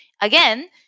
again